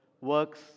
Works